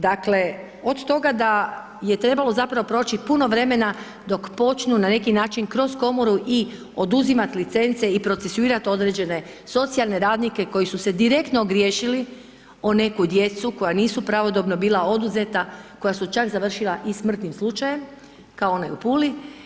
Dakle od toga da je trebalo zapravo proći puno vremena dok počnu na neki način kroz komoru i oduzimati licence i procesuirati određene socijalne radnike koji su se direktno ogriješili o neku djecu koja nisu pravodobno bila oduzeta koja su čak završila i smrtnim slučajem kao onaj u Puli.